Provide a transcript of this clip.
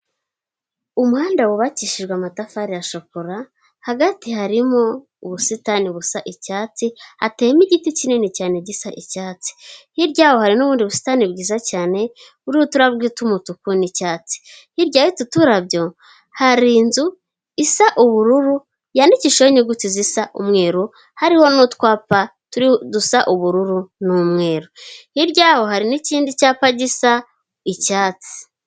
Umuhanda wubakishijwe amatafari ya shokora, hagati harimo ubusitani busa icyatsi, hateyemo igiti kinini cyane gisa icyatsi, hirya yaho hari n'ubundi busitani bwiza cyane buriho uturabyo tw'umutuku n'icyatsi, hirya y'utu turabyo hari inzu isa ubururu yandikishijeho inyuguti zisa umweru hariho n'utwapa dusa ubururu n'imweru, hirya yaho hari n'ikindi cyapa gisa icyatsi.